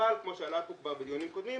אבל כמו שעלה פה בדיונים קודמים,